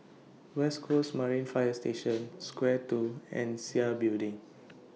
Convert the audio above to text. West Coast Marine Fire Station Square two and Sia Building